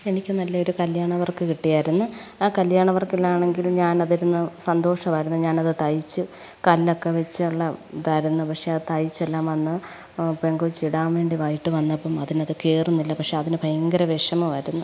എനിക്ക് നല്ല ഒരു കല്ല്യാണ വർക്ക് കിട്ടിയായിരുന്നു ആ കല്യാണ വർക്കിലാണെങ്കിലും ഞാൻ അതിരുന്നു സന്തോഷമായിരുന്നു ഞാനത് തയ്ച്ച് കല്ലൊക്കെ വെച്ചുള്ള ഇതായിരുന്നു പക്ഷെ അത് തയ്ച്ചെല്ലാം വന്ന് പെങ്കൊച്ച് ഇടാൻ വേണ്ടി വൈകിയിട്ട് വന്നപ്പം അതിന് അത് കയറുന്നില്ല പക്ഷെ അതിനു ഭയങ്കര വിഷമമായിരുന്നു